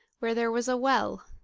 where there was a well,